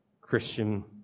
Christian